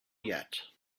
yet